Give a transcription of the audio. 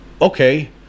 okay